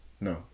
No